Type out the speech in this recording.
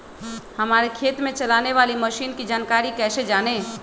हमारे खेत में चलाने वाली मशीन की जानकारी कैसे जाने?